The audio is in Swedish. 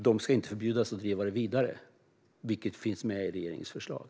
De ska inte förbjudas att driva det vidare, vilket finns med i regeringens förslag.